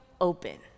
open